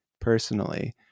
personally